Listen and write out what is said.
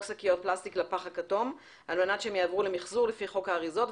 שקיות פלסטיק לפח הכתום על מנת שהן יעברו למחזור לפי חוק האריזות,